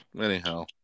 Anyhow